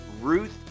Ruth